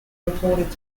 reported